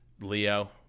Leo